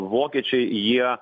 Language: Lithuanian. vokiečiai jie